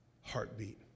heartbeat